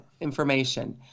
information